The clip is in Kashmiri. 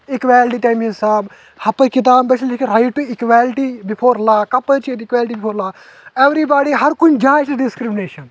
ایکویلٹی تمہِ حساب ہپٲرۍ کتابہِ پٮ۪ٹھ آسان لیکھِتھ right to equality before law کپٲرۍ چھِ ییٚتہِ equality before law everybody ہر کُنہِ جایہِ چھ ڈسکرمنیشن